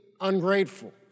ungrateful